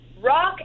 rock